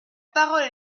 parole